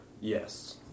yes